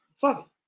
Fuck